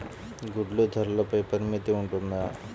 గుడ్లు ధరల పై పరిమితి ఉంటుందా?